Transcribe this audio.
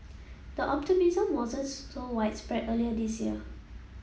the optimism wasn't so widespread earlier this year